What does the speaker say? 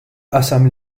qasam